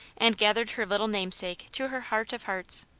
and gathered her little namesake to her heart of hearts.